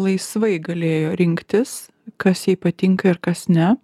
laisvai galėjo rinktis kas jai patinka ir kas ne